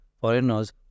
foreigners